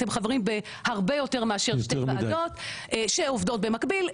אתם חברים בהרבה יותר מאשר שתי ועדות שעובדות במקביל,